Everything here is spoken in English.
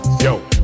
yo